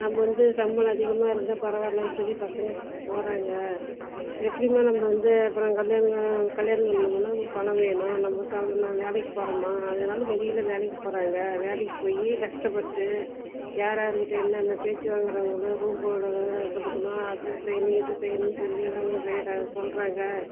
நம்ம வந்து சம்பளம் அதிகமாக இருந்தால் பரவாயில்லைனு சொல்லி பசங்கள் போகிறாங்க எப்படிம்மா நம்ம வந்து அப்புறம் கல்யாணம் கல்யாணம் பண்ணணும்னா பணம் வேணும் நம்ம சம்பளம் நான் வேலைக்கு போறேம்மா அதனால வெளியில் வேலைக்கு போகிறாங்க வேலைக்கு போய் கஷ்டப்பட்டு யாரார்கிட்டேயோ என்னென்ன பேச்சுவாங்குறாங்களோ ரூம்பு வாடகை கொடுக்கணும் அது செய்யணும் இது செய்யணும்னு சொல்லி எல்லாம் செய்யறாங்க சொல்கிறாங்க